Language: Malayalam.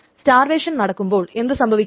സ്റ്റാർവേഷൻ നടക്കുമ്പോൾ എന്തു സംഭവിക്കും